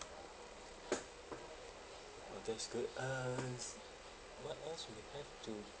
oh that's good uh what else we'll have to